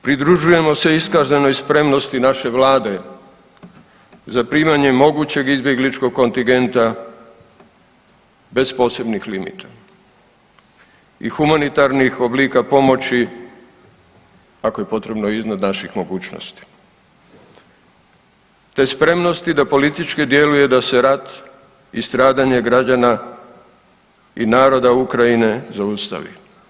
Pridružujemo se iskazanoj spremnosti naše vlade za primanje mogućeg izbjegličkog kontingenta bez posebnih limita i humanitarnih oblika pomoći ako je potrebno i iznad naših mogućnosti, te spremnosti da politički djeluje da se rat i stradanje građana i naroda Ukrajine zaustavi.